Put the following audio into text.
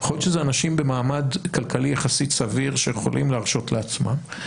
יכול להיות שאלה אנשים במעמד כלכלי יחסית סביר שיכולים להרשות לעצמם,